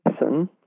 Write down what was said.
listen